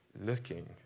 looking